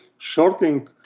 shorting